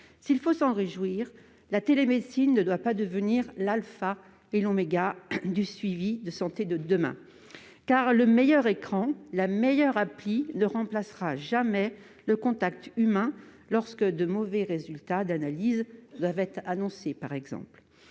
s'il faut s'en réjouir, la télémédecine ne doit pas devenir l'alpha et l'oméga du suivi de santé de demain. En effet, le meilleur écran et la meilleure « appli » qui soient ne remplaceront jamais le contact humain, lorsque de mauvais résultats d'analyse doivent être annoncés, par exemple.